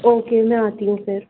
okay میں آتی ہوں پھر